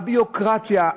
הביורוקרטיה,